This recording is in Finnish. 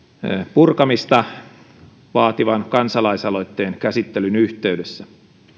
purkamista vaativan kansalaisaloitteen käsittelyn yhteydessä